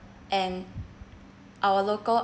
and our local